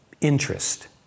interest